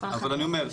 אבל אני אומר,